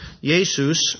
Jesus